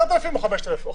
10,000 או 5,000?